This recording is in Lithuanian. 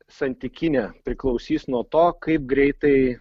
santykinė priklausys nuo to kaip greitai